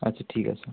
আচ্ছা ঠিক আছে